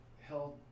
held